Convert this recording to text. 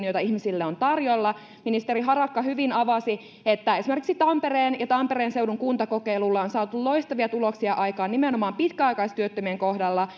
joita ihmisille on tarjolla ministeri harakka hyvin avasi että esimerkiksi tampereen ja tampereen seudun kuntakokeilulla on saatu loistavia tuloksia aikaan nimenomaan pitkäaikaistyöttömien kohdalla